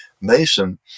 Mason